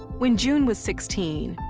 when june was sixteen,